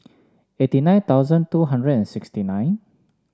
eighty nine thousand two hundred and sixty nine